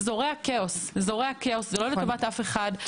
זה זורע כאוס וזה לא לטובת אף אחד.